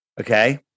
Okay